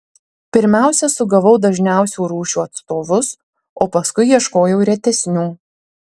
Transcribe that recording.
pirmiausia sugavau dažniausių rūšių atstovus o paskui ieškojau retesnių